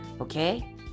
okay